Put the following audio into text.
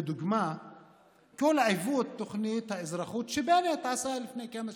לדוגמה כל עיוות תוכנית האזרחות שבנט עשה לפני שנים,